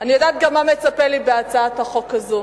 אני יודעת גם מה מצפה לי בהצעת החוק הזאת,